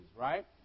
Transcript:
right